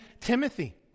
Timothy